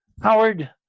Howard